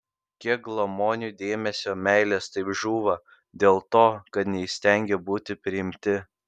kiek glamonių dėmesio meilės taip žūva dėl to kad neįstengė būti priimti